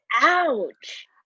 Ouch